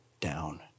down